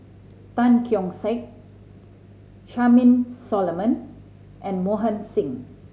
Tan Keong Saik Charmaine Solomon and Mohan Singh